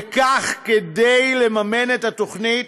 וכך, כדי לממן את התוכנית,